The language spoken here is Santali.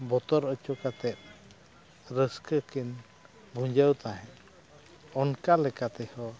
ᱵᱚᱛᱚᱨ ᱦᱚᱪᱚ ᱠᱟᱛᱮᱫ ᱨᱟᱹᱥᱠᱟᱹ ᱠᱤᱱ ᱵᱷᱩᱸᱡᱷᱟᱹᱣ ᱛᱟᱦᱮᱸᱫ ᱚᱱᱠᱟ ᱞᱮᱠᱟᱛᱮᱦᱚᱸ